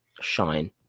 shine